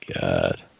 God